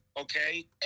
okay